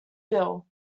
bill